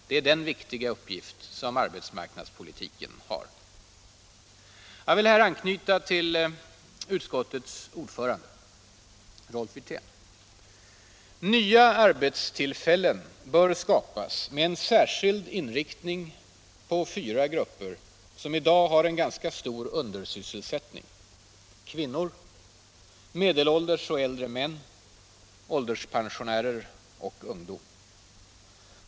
Det är en viktig uppgift som arbetsmarknadspolitiken har. Jag vill här anknyta till utskottets ordförande, Rolf Wirtén. Nya arbetstillfällen bör skapas med särskild inriktning på fyra grupper som i dag har en ganska stor undersysselsättning: kvinnor, medelålders och äldre män, ålderspensionärer och ungdom.